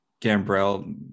Gambrell